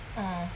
orh